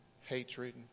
hatred